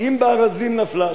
אם בארזים נפלה שלהבת,